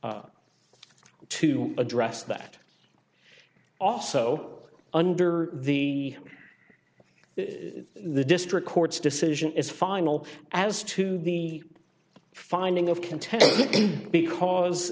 to address that also under the the district court's decision is final as to the finding of contest because